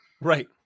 right